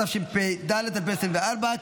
צוות ועדת חוץ וביטחון,